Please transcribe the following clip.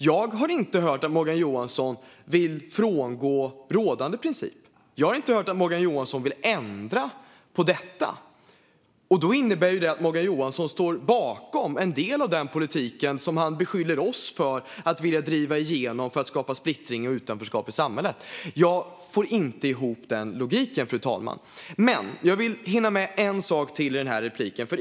Jag har inte hört att Morgan Johansson vill frångå rådande princip. Jag har inte hört att han vill ändra detta. Då innebär det att Morgan Johansson står bakom en del av den politik som han beskyller oss för att vilja driva igenom för att skapa splittring och utanförskap i samhället. Jag får inte ihop logiken i detta. Jag vill hinna med en sak till i detta inlägg.